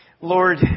Lord